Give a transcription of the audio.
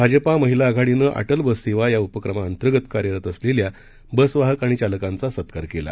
भाजपामहिलाआघाडीनंअटलबससेवायाउपक्रमाअंतर्गतकार्यरतअसलेल्याबसवाहकआ णिचालकांचासत्कारकेला